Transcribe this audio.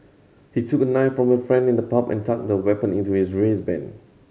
he took a knife from a friend in the pub and tucked the weapon into his waistband